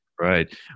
Right